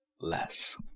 less